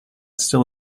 still